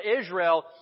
Israel